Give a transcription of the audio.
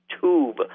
tube